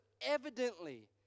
evidently